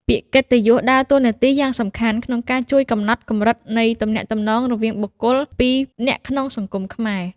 ពាក្យកិត្តិយសដើរតួនាទីយ៉ាងសំខាន់ក្នុងការជួយកំណត់កម្រិតនៃទំនាក់ទំនងរវាងបុគ្គលពីរនាក់ក្នុងសង្គមខ្មែរ។